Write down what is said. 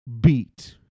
beat